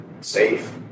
safe